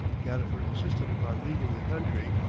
gadifer insisted upon leaving the country,